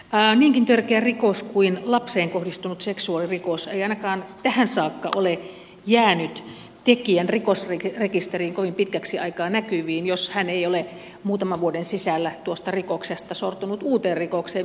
niinkin törkeä rikos kuin lapseen kohdistunut seksuaalirikos ei ainakaan tähän saakka ole jäänyt tekijän rikosrekisteriin kovin pitkäksi aikaa näkyviin jos hän ei ole muutaman vuoden sisällä tuosta rikoksesta sortunut mihin tahansa uuteen rikokseen